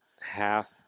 half